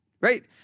right